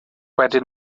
wedyn